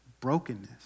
brokenness